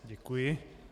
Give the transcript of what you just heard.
Děkuji.